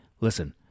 listen